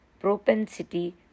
propensity